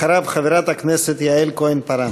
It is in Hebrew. אחריו חברת הכנסת יעל כהן-פארן.